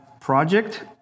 Project